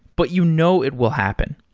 but you know it will happen.